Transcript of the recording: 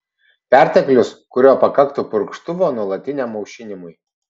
perteklius kurio pakaktų purkštuvo nuolatiniam aušinimui